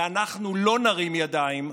ואנחנו לא נרים ידיים.